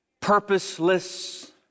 purposeless